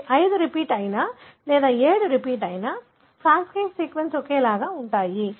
ఇవి 5 రిపీట్ అయినా లేదా 7 రిపీట్ అయినా ఫ్లాన్కింగ్ సీక్వెన్స్ ఒకేలా ఉంటాయి